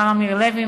מר אמיר לוי,